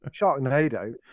Sharknado